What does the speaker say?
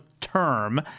term